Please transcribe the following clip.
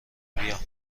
بیام